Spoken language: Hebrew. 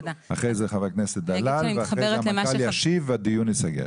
אחרי זה חבר הכנסת דלל ואחרי זה המנכ"ל ישיב והדיון ייסגר.